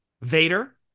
Vader